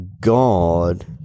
God